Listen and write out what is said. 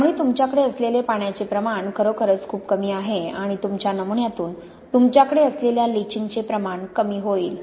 त्यामुळे तुमच्याकडे असलेले पाण्याचे प्रमाण खरोखरच खूप कमी आहे आणि तुमच्या नमुन्यातून तुमच्याकडे असलेल्या लीचिंगचे प्रमाण कमी होईल